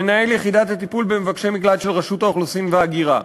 מנהל יחידת הטיפול במבקשי מקלט של רשות האוכלוסין וההגירה: